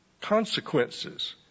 consequences